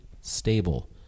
stable